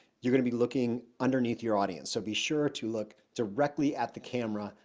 you're gonna be looking underneath your audience. so be sure to look directly at the camera,